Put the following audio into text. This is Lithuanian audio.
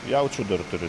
jaučių dar turiu